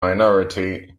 minority